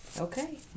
okay